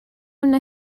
una